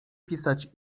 pisać